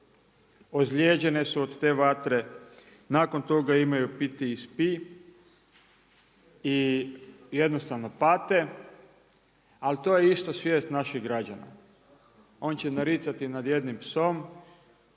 ozlijeđene su od te vatre, nakon toga imaju PTSP i jednostavno pate ali to je isto svijest naših građana. On će naricati nad jednim psom